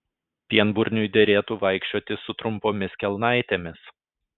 pienburniui derėtų vaikščioti su trumpomis kelnaitėmis